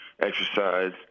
exercise